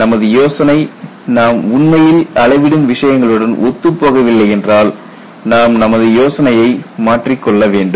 நமது யோசனை நாம் உண்மையில் அளவிடும் விஷயங்களுடன் ஒத்துப் போகவில்லை என்றால் நாம் நமது யோசனையை மாற்றிக்கொள்ள வேண்டும்